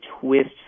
twists